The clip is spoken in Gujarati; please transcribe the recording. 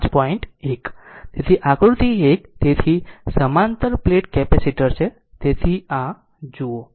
1 તેથી આકૃતિ 1 તેથી સમાંતર પ્લેટ કેપેસિટર છે તેથી આ જુઓ